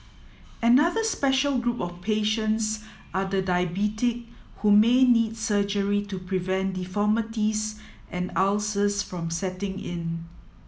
another special group of patients are the diabetic who may need surgery to prevent deformities and ulcers from setting in